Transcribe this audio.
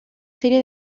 serie